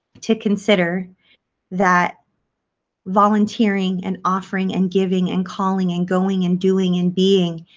to consider that volunteering and offering and giving and calling and going and doing and being